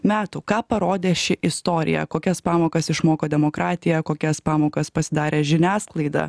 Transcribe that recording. metų ką parodė ši istorija kokias pamokas išmoko demokratija kokias pamokas pasidarė žiniasklaida